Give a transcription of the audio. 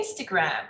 Instagram